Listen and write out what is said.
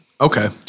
Okay